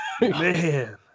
man